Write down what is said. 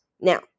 Now